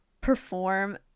perform